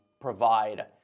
provide